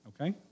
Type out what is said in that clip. okay